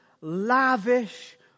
lavish